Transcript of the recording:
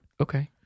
Okay